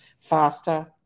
Faster